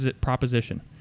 proposition